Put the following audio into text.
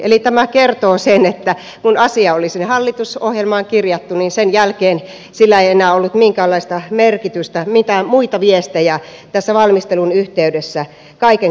eli tämä kertoo sen että kun asia oli sinne hallitusohjelmaan kirjattu niin sen jälkeen sillä ei enää ollut minkäänlaista merkitystä mitä muita viestejä tässä valmistelun yhteydessä kaiken kaikkiaan tuli